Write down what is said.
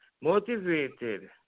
motivated